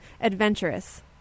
adventurous